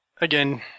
Again